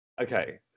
Okay